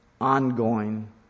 ongoing